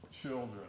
children